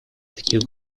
таких